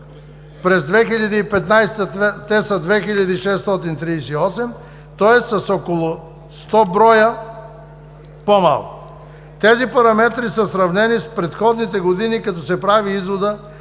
през 2015 г. – 2638 лица, тоест с около 100 броя по-малко. Тези параметри са сравнени с предходните години, като се прави изводът,